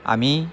আমি